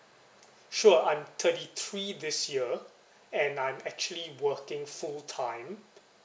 sure I'm thirty three this year and I'm actually working full time